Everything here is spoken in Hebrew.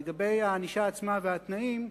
לגבי הענישה עצמה והתנאים,